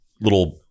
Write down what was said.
little